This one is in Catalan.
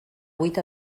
vuit